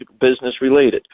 business-related